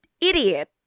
idiot